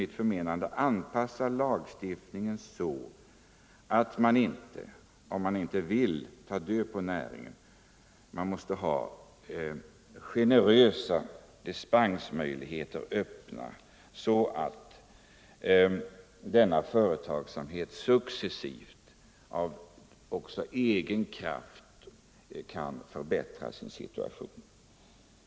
Men om man inte vill ta död på näringen måste man enligt mitt förmenande anpassa lagstiftningen så att vi håller generösa dispensmöjligheter öppna, så att den företagsamhet det här gäller successivt och av egen kraft kan förbättra sin situation.